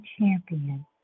champion